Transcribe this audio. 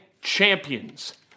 champions